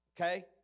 okay